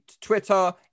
Twitter